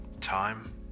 Time